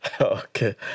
Okay